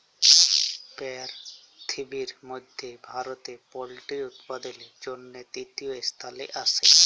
পিরথিবির মধ্যে ভারতে পল্ট্রি উপাদালের জনহে তৃতীয় স্থালে আসে